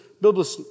biblical